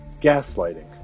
Gaslighting